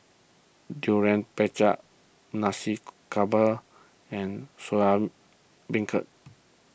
Durian Pengat Nasi Campur and Soya Beancurd